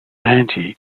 anti